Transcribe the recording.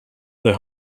their